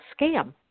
scam